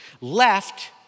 left